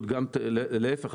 להיפך,